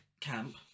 ...camp